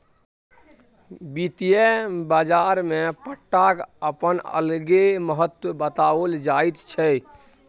वित्तीय बाजारमे पट्टाक अपन अलगे महत्व बताओल जाइत छै